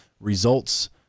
results